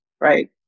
right